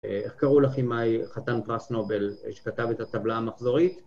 איך קראו לכימאי, חתן פרס נובל, שכתב את הטבלה המחזורית?